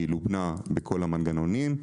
היא לובנה בכל המנגנונים.